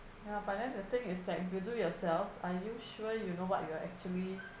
ya but then the thing is that you do yourself are you sure you know what you are actually